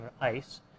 ice